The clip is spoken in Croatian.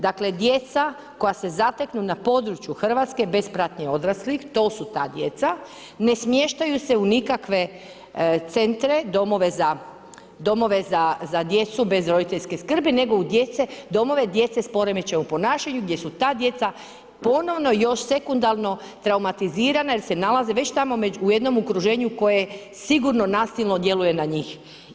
Dakle djeca koja se zateknu na području Hrvatske bez pratnje odraslih, to su ta djeca, ne smještaju se u nikakve centre, domove za djecu bez roditeljske skrbi nego u domove djece s poremećajem u ponašanju gdje su ta djeca ponovno još sekundarno traumatizirana jer se nalaze već tamo u jednom okruženju koje sigurno nasilno djeluje na njih.